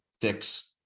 fix